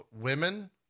women